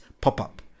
pop-up